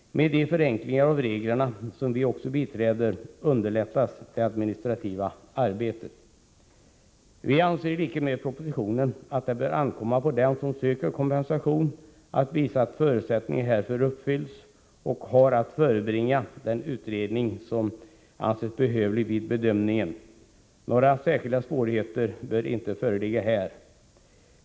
Med de förenklingar av reglerna som vi också biträder underlättas det administrativa arbetet. Vi anser, i likhet med vad som anförs i propositionen, att det bör ankomma på den som söker kompensation att visa att förutsättningarna härför uppfylls och att förebringa den utredning som anses behövlig vid bedömningen. Några särskilda svårigheter bör inte föreligga här.